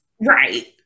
Right